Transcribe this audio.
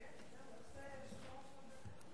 כן, איך זה היושב-ראש לא בירך אותה?